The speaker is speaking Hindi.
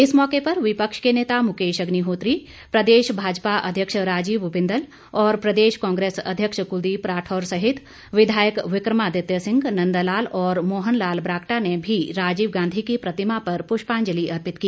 इस मौके पर विपक्ष के नेता मुकेश अग्निहोत्री प्रदेश भाजपा अध्यक्ष राजीव बिंदल और प्रदेश कांग्रेस अध्यक्ष कुलदीप राठौर सहित विधायक विक्रमादित्य सिंह नंदलाल और मोहन लाल ब्राक्टा ने भी राजीव गांधी की प्रतिमा पर पुष्पांजलि अर्पित की